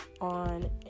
on